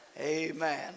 Amen